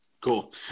Cool